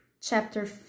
chapter